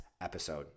episode